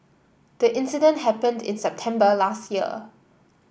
the incident happened in September last year